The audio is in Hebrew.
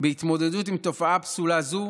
בהתמודדות עם תופעה פסולה זו,